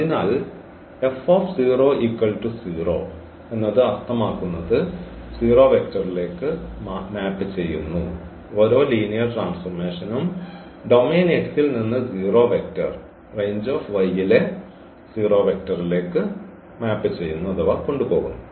അതിനാൽ അത് അർത്ഥമാക്കുന്നത് 0 വെക്റ്റർലേക്ക് മാപ് ചെയ്യുന്നു ഓരോ ലീനിയർ ട്രാൻഫോർമേഷനും ഡൊമെയ്ൻ X ൽ നിന്ന് 0 വെക്റ്റർ range ലെ 0 വെക്റ്ററിലേക്ക് കൊണ്ടുപോകുന്നു